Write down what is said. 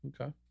Okay